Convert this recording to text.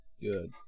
Good